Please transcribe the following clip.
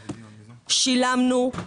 שילמנו.